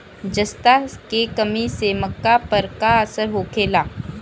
जस्ता के कमी से मक्का पर का असर होखेला?